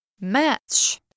match